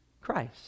Christ